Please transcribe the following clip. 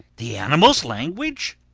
the animals' language?